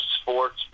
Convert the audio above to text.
sports